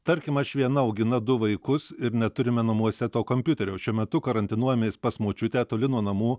tarkim aš viena auginu du vaikus ir neturime namuose to kompiuterio šiuo metu karantinuojamės pas močiutę toli nuo namų